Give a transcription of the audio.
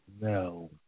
no